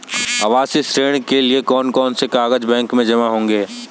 आवासीय ऋण के लिए कौन कौन से कागज बैंक में जमा होंगे?